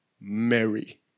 Mary